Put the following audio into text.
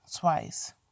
twice